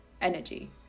energy